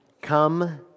come